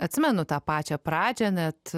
atsimenu tą pačią pradžią net